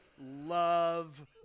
love